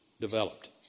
developed